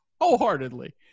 Wholeheartedly